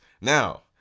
Now